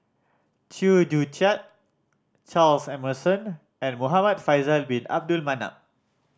Chew Joo Chiat Charles Emmerson and Muhamad Faisal Bin Abdul Manap